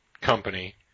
company